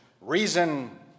reason